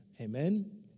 Amen